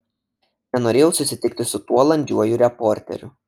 nenorėjau susitikti su tuo landžiuoju reporteriu